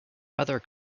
other